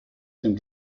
dem